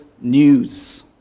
news